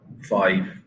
five